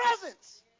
presence